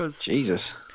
Jesus